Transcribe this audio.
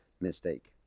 mistake